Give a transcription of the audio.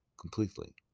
completely